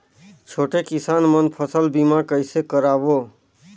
छोटे किसान मन फसल बीमा कइसे कराबो?